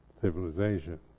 Civilization